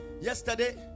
yesterday